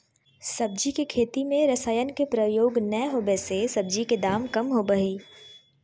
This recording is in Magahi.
सब्जी के खेती में रसायन के प्रयोग नै होबै से सब्जी के दाम कम होबो हइ